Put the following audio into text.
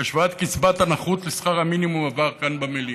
השוואת קצבת הנכות לשכר המינימום עבר כאן במליאה.